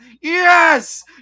yes